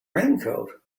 raincoat